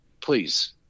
Please